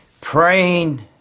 praying